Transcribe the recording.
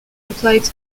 applied